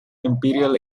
imperial